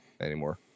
anymore